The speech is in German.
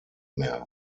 mehr